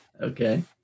Okay